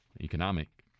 economic